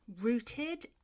rooted